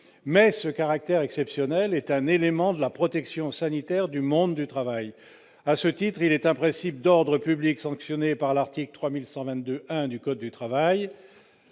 Mais ce caractère exceptionnel est un élément de la protection sanitaire du monde du travail. À ce titre, il est un principe d'ordre public sanctionné par l'article L. 3122-1 du code du travail.